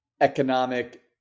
economic